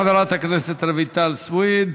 תודה לחברת הכנסת רויטל סויד.